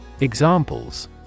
Examples